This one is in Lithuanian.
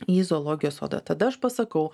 į zoologijos sodą tada aš pasakau